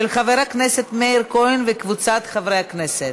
של חבר הכנסת מאיר כהן וקבוצת חברי הכנסת.